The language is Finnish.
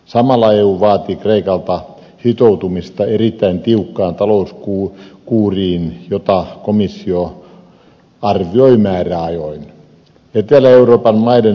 samalla eu vaati kreikalta sitoutumista erittäin tiukkaan talouskuuriin jota komissio arvioi määräajoin